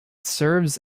serves